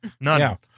None